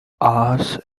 hours